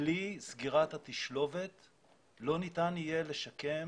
ובלי סגירת התשלובת לא ניתן יהיה לשקם